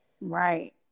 right